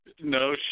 No